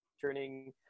turning